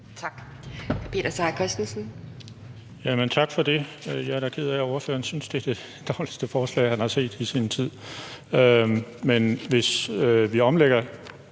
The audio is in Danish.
12:00 Peter Seier Christensen (NB): Jamen tak for det. Jeg er da ked af, at ordføreren synes, det er det dårligste forslag, han har set i sin tid. Men hvis vi omlægger